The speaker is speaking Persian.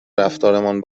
رفتارمان